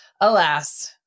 alas